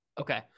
Okay